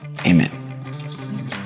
Amen